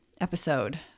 episode